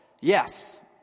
Yes